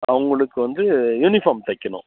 அவங்களுக்கு வந்து யூனிஃபார்ம் தைக்கணும்